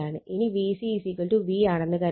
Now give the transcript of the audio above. ഇനി VC V ആണെന്ന് കരുതുക